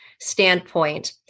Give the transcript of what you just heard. standpoint